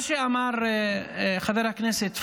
מה שאמר חבר הכנסת פוגל,